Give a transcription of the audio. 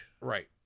right